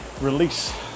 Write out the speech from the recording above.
release